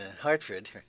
Hartford